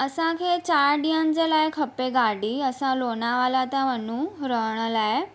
असांखे चारि ॾींहंनि जे लाइ खपे गाॾी असां लोनावला त वञू रहण लाइ